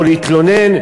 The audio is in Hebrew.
או להתלונן,